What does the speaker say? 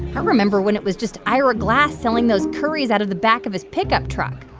i remember when it was just ira glass selling those curries out of the back of his pickup truck